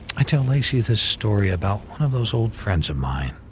i tell lacy this story about one of those old friends of mine,